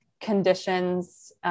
conditions